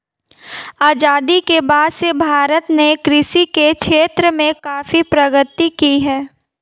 आजादी के बाद से भारत ने कृषि के क्षेत्र में काफी प्रगति की है